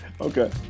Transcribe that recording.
Okay